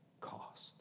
cost